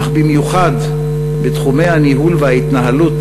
אך במיוחד בתחומי הניהול וההתנהלות